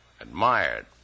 admired